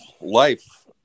life